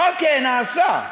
אוקיי, נעשה,